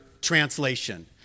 translation